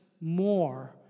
more